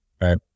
Right